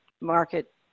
market